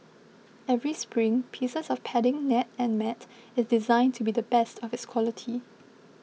every spring piece of padding net and mat is designed to be the best of its quality